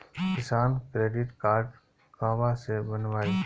किसान credit card कहवा से बनवाई?